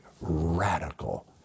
radical